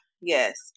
yes